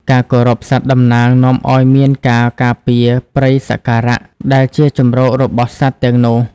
ការគោរពសត្វតំណាងនាំឱ្យមានការការពារ "ព្រៃសក្ការៈ" ដែលជាជម្រករបស់សត្វទាំងនោះ។